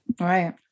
Right